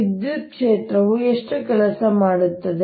ವಿದ್ಯುತ್ ಕ್ಷೇತ್ರವು ಎಷ್ಟು ಕೆಲಸ ಮಾಡುತ್ತದೆ